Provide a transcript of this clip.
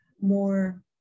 more